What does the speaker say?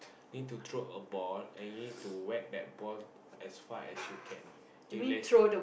need to throw a ball and you need to whack that ball as far as you can